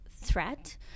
threat